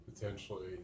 potentially